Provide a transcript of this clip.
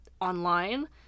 online